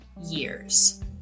years